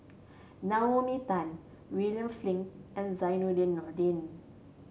Naomi Tan William Flint and Zainudin Nordin